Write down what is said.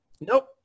Nope